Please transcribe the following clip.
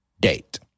date